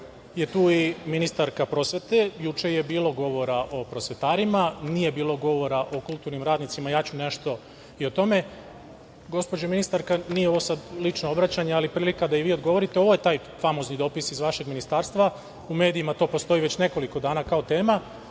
je tu i ministarka prosvete, juče je bilo govora o prosvetarima, nije bilo govora o kulturnim radnicima, ja ću nešto i tome. Gospođo ministarka, nije ovo sad lično obraćanje, ali prilika da i vi odgovorite, ovo je taj famozni dopis iz vašeg Ministarstva. U medijima to postoji već nekoliko dana kao tema,